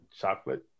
chocolate